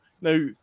Now